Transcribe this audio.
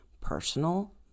personal